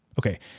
Okay